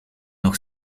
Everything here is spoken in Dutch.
nog